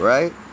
Right